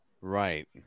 Right